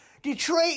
Detroit